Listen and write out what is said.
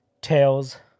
Tails